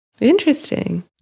Interesting